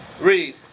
Read